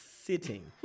sitting